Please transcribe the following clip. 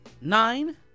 Nine